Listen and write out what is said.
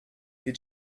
did